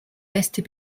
lester